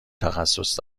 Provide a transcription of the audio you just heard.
تخصص